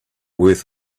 worth